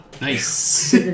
nice